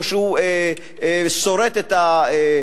או שהוא סורט את הספות